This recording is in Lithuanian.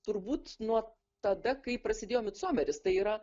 turbūt nuo tada kai prasidėjo micomeris tai yra